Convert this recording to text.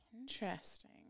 Interesting